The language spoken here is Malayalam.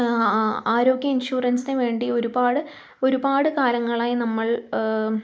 ആരോഗ്യ ഇൻഷുറൻസിന് വേണ്ടി ഒരുപാട് ഒരുപാട് കാലങ്ങളായി നമ്മൾ